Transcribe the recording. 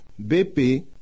BP